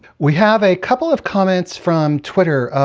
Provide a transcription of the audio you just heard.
we have a couple of comments from twitter,